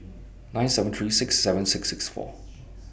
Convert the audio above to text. nine seven three six seven six six four